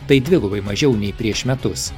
tai dvigubai mažiau nei prieš metus